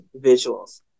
visuals